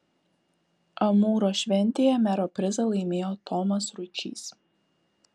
amūro šventėje mero prizą laimėjo tomas ručys